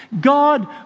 God